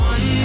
One